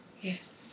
Yes